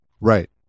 Right